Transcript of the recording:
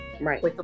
Right